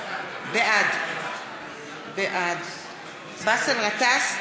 בעד באסל גטאס,